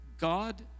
God